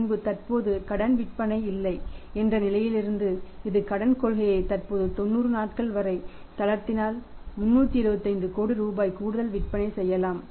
பின்பு தற்போது கடன் விற்பனை இல்லை என்ற நிலையிலிருந்து இது கடன் கொள்கையை தற்போது 90 நாட்கள் வரை தளர்த்தினால் 375 கோடி ரூபாய் கூடுதல் விற்பனையைச் செய்யலாம்